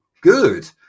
good